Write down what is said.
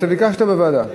אתה ביקשת בוועדה?